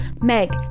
Meg